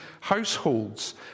households